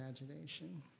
imagination